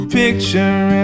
picture